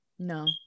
No